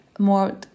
more